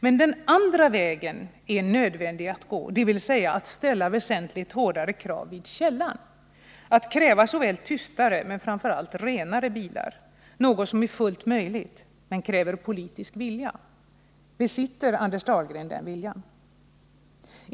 Men också den andra vägen är nödvändig att gå — dvs. att ställa väsentligt hårdare krav vid källan, att kräva såväl tystare som framför allt renare bilar. Detta är fullt möjligt men kräver politisk vilja. Besitter Anders Dahlgren den viljan?